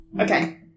Okay